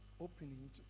opening